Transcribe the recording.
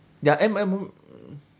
ya M_O_M won't